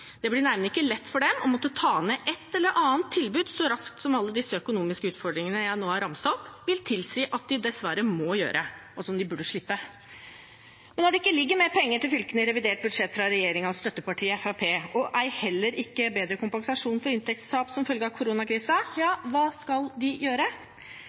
dem å måtte ta ned et eller annet tilbud så raskt som alle disse økonomiske utfordringene jeg nå har ramset opp, vil tilsi at de dessverre må gjøre det, men som de burde slippe. Når det ikke ligger mer penger til fylkene i revidert budsjett fra regjeringen og støttepartiet Fremskrittspartiet og ei heller bedre kompensasjon til inntektstap som følge av koronakrisen – hva skal vi da gjøre?